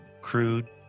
crude